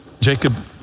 Jacob